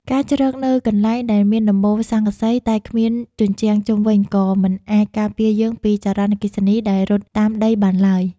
ការជ្រកនៅកន្លែងដែលមានដំបូលស័ង្កសីតែគ្មានជញ្ជាំងជុំវិញក៏មិនអាចការពារយើងពីចរន្តអគ្គិសនីដែលរត់តាមដីបានឡើយ។